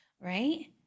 right